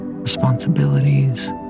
responsibilities